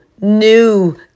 new